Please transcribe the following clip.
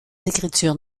écritures